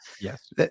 yes